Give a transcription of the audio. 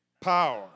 Power